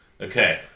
okay